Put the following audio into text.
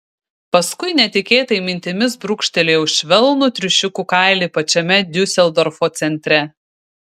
paskui netikėtai mintimis brūkštelėjau švelnų triušiukų kailį pačiame diuseldorfo centre